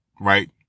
right